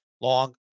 long